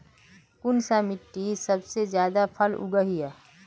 कुनखान मिट्टी सबसे ज्यादा फसल उगहिल?